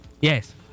Yes